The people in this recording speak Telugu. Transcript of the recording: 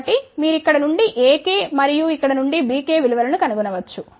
కాబట్టి మీరు ఇక్కడ నుండి ak మరియు ఇక్కడ నుండి bk విలు వలను కనుగొనవచ్చు